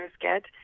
get